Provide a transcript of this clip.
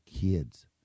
kids